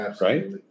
Right